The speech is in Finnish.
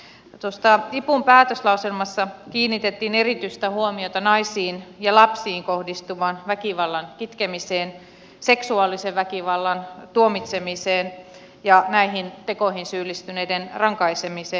tuossa ipun päätöslauselmassa kiinnitettiin erityistä huomiota naisiin ja lapsiin kohdistuvan väkivallan kitkemiseen seksuaalisen väkivallan tuomitsemiseen ja näihin tekoihin syyllistyneiden rankaisemiseen